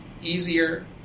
easier